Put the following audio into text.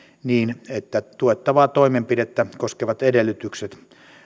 kohtaan tuettavaa toimenpidettä koskevat edellytykset